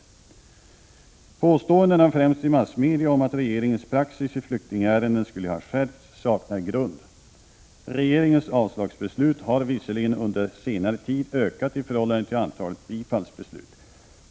Påståendena främst i massmedia om att regeringens praxis i flyktingärenden skulle ha skärpts saknar grund. Regeringens avslagsbeslut har visserligen under senare tid ökat i förhållande till antalet bifallsbeslut.